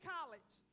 College